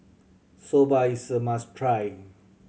soba is a must try